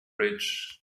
bridge